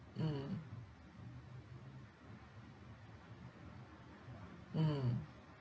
mm mm